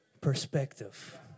perspective